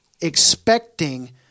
expecting